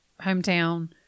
hometown